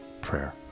prayer